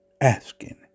asking